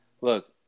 Look